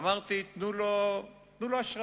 אמרתי, תנו לו אשראי.